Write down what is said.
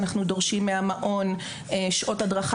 אנחנו דורשים מהמעון שעות הדרכה